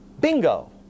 Bingo